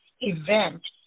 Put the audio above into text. event